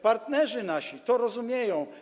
Partnerzy nasi to rozumieją.